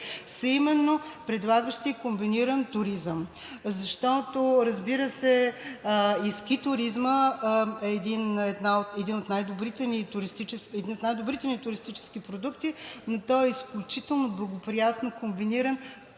именно, предлагащи комбиниран туризъм. Разбира се, и ски туризмът е един от най добрите ни туристически продукти, но той е изключително благоприятно комбиниран